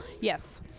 yes